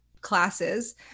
classes